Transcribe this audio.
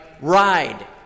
ride